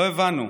לא הבנו.